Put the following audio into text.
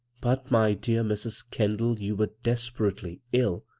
but, my dear mrs. kendall, you were des perately ill.